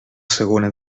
segona